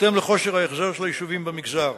בהתאם לכושר ההחזר של היישובים במגזר.